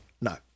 No